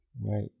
Right